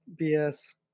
BS